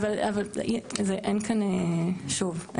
שוב,